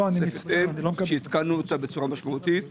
שעדכנו בצורה משמעותית,